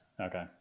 okay